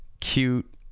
cute